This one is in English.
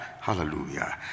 Hallelujah